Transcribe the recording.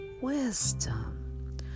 wisdom